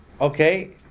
okay